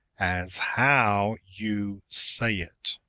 as how you say it.